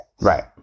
Right